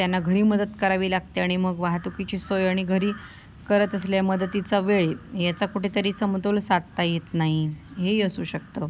त्यांना घरी मदत करावी लागते आणि मग वाहतुकीची सोय आणि घरी करत असल्या मदतीचा वेळ याचा कुठेतरी समतोल साधता येत नाही हेही असू शकतं